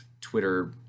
Twitter